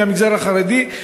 במגזר החרדי,